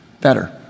better